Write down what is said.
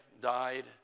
died